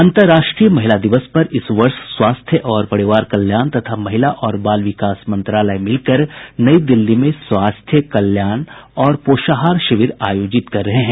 अंतर्राष्ट्रीय महिला दिवस पर इस वर्ष स्वास्थ्य और परिवार कल्याण तथा महिला और बाल विकास मंत्रालय मिलकर नई दिल्ली में स्वास्थ्य कल्याण और पोषाहार शिविर आयोजित कर रहे हैं